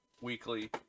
weekly